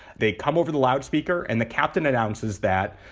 they come over the loudspeaker and the captain announces that,